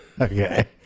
Okay